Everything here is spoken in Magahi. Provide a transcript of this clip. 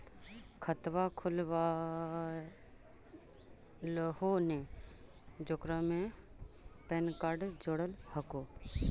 खातवा खोलवैलहो हे जेकरा मे पैन कार्ड जोड़ल हको?